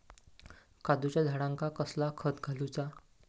काजूच्या झाडांका कसला खत घालूचा?